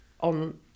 on